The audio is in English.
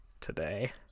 today